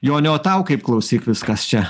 jone o tau kaip klausyk viskas čia